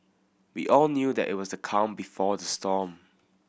we all knew that it was the calm before the storm